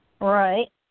Right